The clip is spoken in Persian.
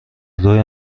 دوی